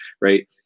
right